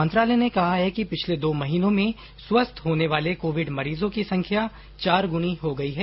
मंत्रालय ने कहा है कि पिछले दो महीनों में स्वस्थ होने वाले कोविड मरीजों की संख्या चार गुनी हो गई है